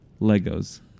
Legos